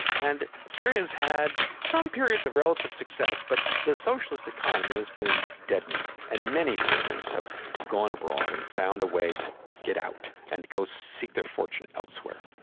and syrians had some periods of relative success, but the socialist economy has been deadening and many syrians have gone abroad and found a way to get out and go seek their fortune elsewhere.